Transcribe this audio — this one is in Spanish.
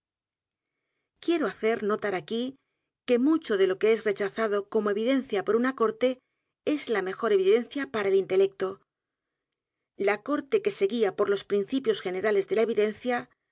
quiero hacer notar aquí que mucho de lo que es recbazado como evidencia por una corte es la mejor evidencia p a r a el intelecto la corte que se guía por los principios generales de la evidencia